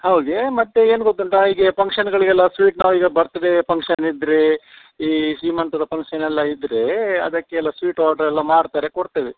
ಹೌದೇ ಮತ್ತೆ ಏನು ಗೊತ್ತುಂಟಾ ಈಗ ಫಂಕ್ಷನ್ಗಳಿಗೆಲ್ಲ ಸ್ವೀಟ್ ನಾವೀಗ ಬರ್ತ್ ಡೇ ಫಂಕ್ಷನ್ ಇದ್ರೆ ಈ ಸೀಮಂತದ ಫಂಕ್ಷನೆಲ್ಲ ಇದ್ರೇ ಅದಕ್ಕೆಲ್ಲಾ ಸ್ವೀಟ್ ಆರ್ಡ್ರ್ ಎಲ್ಲ ಮಾಡ್ತಾರೆ ಕೊಡ್ತೇವೆ